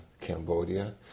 Cambodia